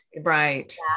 Right